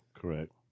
Correct